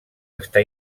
està